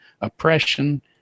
oppression